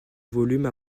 volume